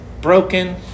broken